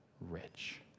rich